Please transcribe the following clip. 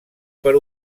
per